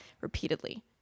repeatedly